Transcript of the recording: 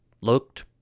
looked